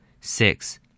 six